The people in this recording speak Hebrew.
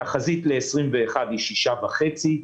התחזית ל-2021 היא 6.5%,